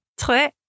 Très